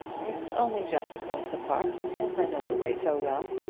it's only just across the park, and i know the way so well.